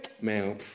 Man